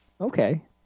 okay